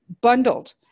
bundled